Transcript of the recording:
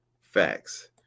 Facts